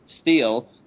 steel